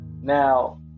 now